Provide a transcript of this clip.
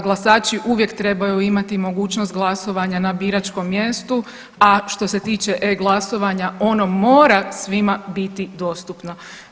Glasači uvijek trebaju imati mogućnost glasovanja na biračkom mjestu, a što se tiče e-glasovanja ono mora biti svima dostupno.